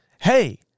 Hey